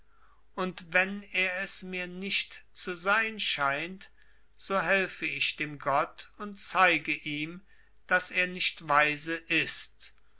und wenn er es mir nicht zu sein scheint so helfe ich dem gotte und zeige ihm daß er nicht weise ist